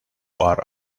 our